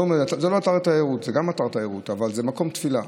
זה גם אתר תיירות, אבל זה מקום תפילה.